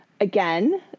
again